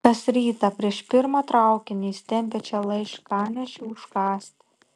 kas rytą prieš pirmą traukinį jis tempia čia laiškanešį užkąsti